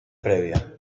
previa